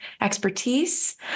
expertise